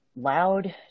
loud